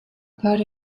part